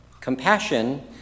Compassion